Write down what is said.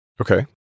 okay